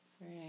Right